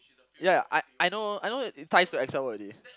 ya I I know I know it ties to Excel already